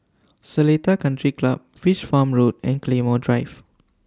Seletar Country Club Fish Farm Road and Claymore Drive